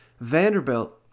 Vanderbilt